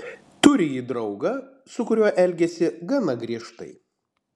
turi ji draugą su kuriuo elgiasi gana griežtai